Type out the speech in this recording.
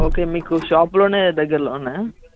okay మీకు షాపులోనే దగ్గరలో ఉన్నాయా